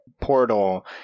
portal